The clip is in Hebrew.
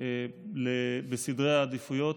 בסדר העדיפויות